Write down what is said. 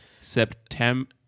September